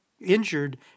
injured